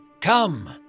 come